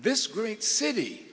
this great city